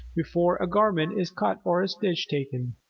before a garment is cut or a stitch taken,